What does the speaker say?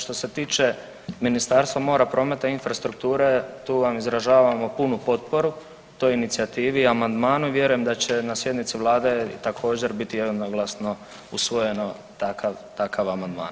Što se tiče Ministarstva mora, prometa i infrastrukture tu vam izražavamo punu potporu, toj inicijativi i amandmanu i vjerujem da će na sjednici vlade također biti jednoglasno usvojeno takav, takav amandman.